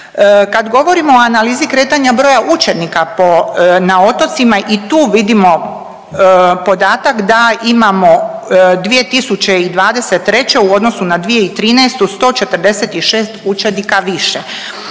Kad govorimo o analizi kretanja broja učenika po, na otocima i tu vidimo podatak da imamo 2023. u odnosu na 2013. 146 učenika više.